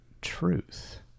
truth